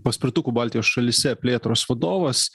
paspirtukų baltijos šalyse plėtros vadovas